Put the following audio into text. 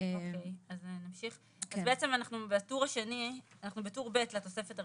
את יודעת כמה שנים אנחנו מחכים לנושא הזה.